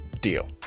deal